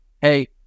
hey